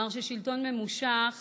אמר ששלטון ממושך